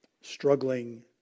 struggling